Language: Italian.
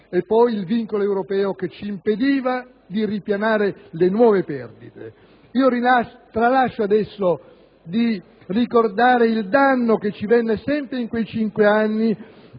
e poi il vincolo europeo che ci impedì di ripianare le nuove perdite. Tralascio adesso di ricordare il danno che, sempre in quei cinque anni,